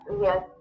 Yes